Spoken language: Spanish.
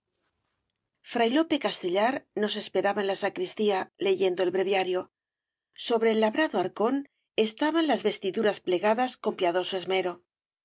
y lope castellar nos esperaba en la sacristía leyendo el breviario sobre labrado arcón estaban las vestiduras plegadas con piadoso esmero